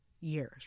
years